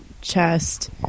chest